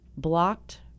blocked